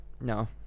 No